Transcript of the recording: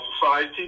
society